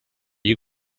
you